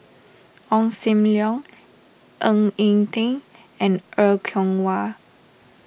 Ong Sam Leong Ng Eng Teng and Er Kwong Wah